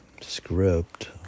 Script